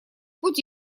путь